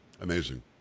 Amazing